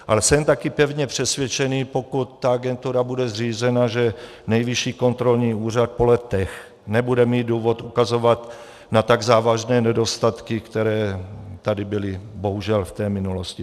Ale jsem taky pevně přesvědčený, pokud ta agentura bude zřízena, že Nejvyšší kontrolní úřad po letech nebude mít důvod ukazovat na tak závažné nedostatky, které tady byly bohužel v té minulosti.